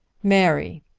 mary,